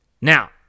Now